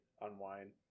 Unwind